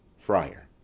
friar.